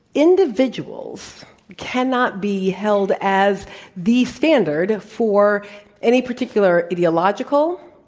individuals cannot be held as the standard for any particular ideological,